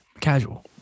casual